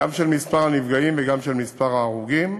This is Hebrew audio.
גם של מספר הנפגעים וגם של מספר ההרוגים,